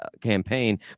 campaign